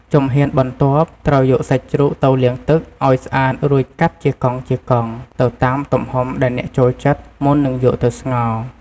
ជំហានបន្ទាប់ ត្រូវយកសាច់ជ្រូកទៅលាងទឹកឱ្យស្អាតរួចកាត់ជាកង់ៗ ទៅតាមទំហំដែលអ្នកចូលចិត្ត មុននឹងយកទៅស្ងោរ។